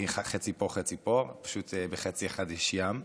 אני חצי פה וחצי פה, פשוט בחצי אחד יש ים,